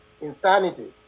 insanity